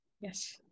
Yes